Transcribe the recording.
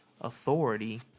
authority